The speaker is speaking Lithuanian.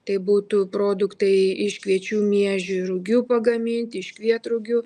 tai būtų produktai iš kviečių miežių rugių pagaminti iš kvietrugių